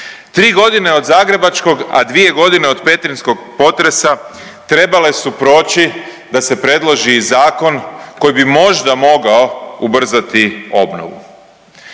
3.g. od zagrebačkog, a 2.g. od petrinjskog potresa trebale su proći da se predloži zakon koji bi možda mogao ubrzati obnovu,